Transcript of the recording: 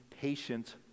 patient